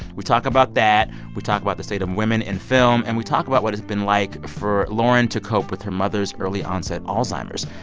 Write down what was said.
we talk about that. we talk about the state of women in film. and we talk about what it's been like for lauren to cope with her mother's early-onset alzheimer's.